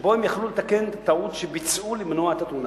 שבו הם היו יכולים לתקן את הטעות שביצעו ולמנוע את התאונה.